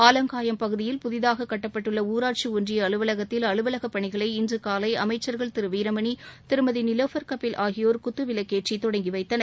ஆவங்காயம் பகுதியில் புதிதாக கட்டப்பட்டுள்ள ஊராட்சி ஒன்றிய அலுவலகத்தில் அலுவலகப் பணிகளை இன்று காலை அமைச்சர்கள் திரு வீரமணி திருமதி நிலோஃபர் கபில் ஆகியோர் குத்துவிளக்கேற்றி தொடங்கிவைத்தனர்